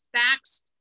facts